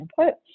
input